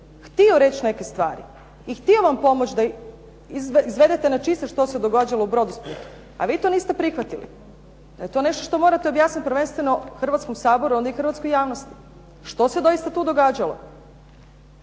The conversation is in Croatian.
htio reći neke stvari i htio vam pomoći da izvedete na čisto što se događalo u Brodosplitu, a vi to niste prihvatili, da je to nešto što morate objasniti Hrvatskom saboru, a onda i hrvatskoj javnosti. Što se to doista događalo?